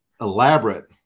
elaborate